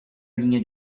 linha